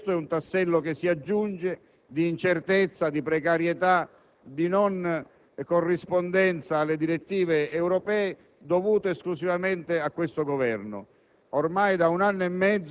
del Governo. È un tassello che si aggiunge di incertezza, precarietà e non corrispondenza alle direttive europee grazie esclusivamente a questo Governo.